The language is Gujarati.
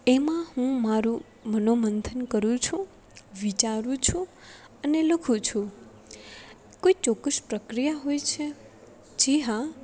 એમાં હું મારું મનોમંથન કરું છું વિચારું છું અને લખું છું કોઈ ચોક્કસ પ્રક્રિયા હોય છે જી હા